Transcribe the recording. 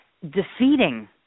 defeating